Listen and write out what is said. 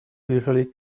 usually